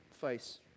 face